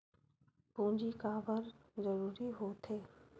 पूंजी का बार जरूरी हो थे?